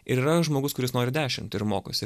ir yra žmogus kuris nori dešim ir mokosi